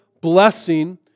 blessing